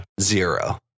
Zero